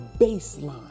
baseline